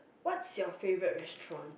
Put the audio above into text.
what's your favourite restaurant